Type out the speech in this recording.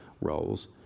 roles